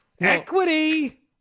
Equity